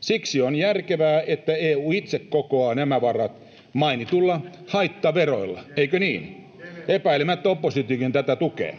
Siksi on järkevää, että EU itse kokoaa nämä varat mainituilla haittaveroilla, eikö niin? [Jussi Halla-aho: Keneltä?] Epäilemättä oppositiokin tätä tukee.